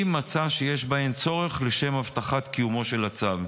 אם מצא שיש בהן צורך לשם הבטחת קיומו של הצו.